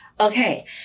Okay